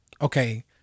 okay